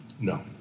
No